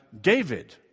David